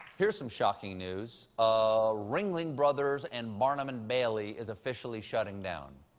here's some shocking news. ah ringling brothers and barnum and bailey is officially sutting down.